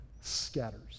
scatters